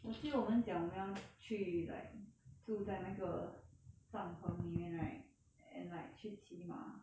我记得我们讲我们要去 like 住在那个帐篷里面 right and like 去骑马